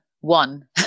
one